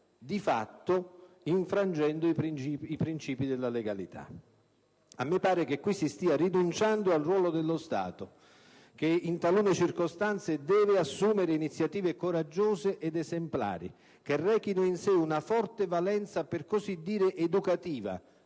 di fatto infrangendo i principi della legalità. A me pare che qui si stia rinunciando al ruolo dello Stato, che, in talune circostanze, deve assumere iniziative coraggiose ed esemplari che rechino in sé anche una forte valenza, per così dire educativa: